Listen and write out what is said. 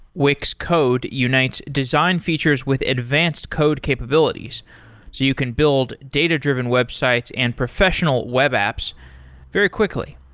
wix code unites design features with advanced code capabilities, so you can build data-driven websites and professional web apps very quickly.